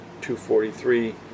243